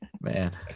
Man